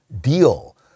deal